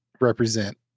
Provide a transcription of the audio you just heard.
represent